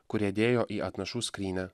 kurie dėjo į atnašų skrynią